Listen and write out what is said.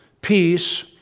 peace